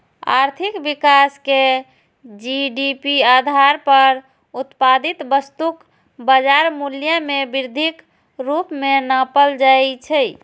आर्थिक विकास कें जी.डी.पी आधार पर उत्पादित वस्तुक बाजार मूल्य मे वृद्धिक रूप मे नापल जाइ छै